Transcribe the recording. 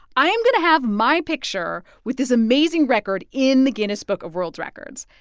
i am going to have my picture with this amazing record in the guinness book of world records.